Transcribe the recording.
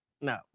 no